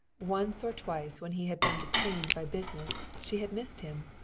once or twice when he had been detained by business she had missed him,